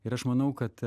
ir aš manau kad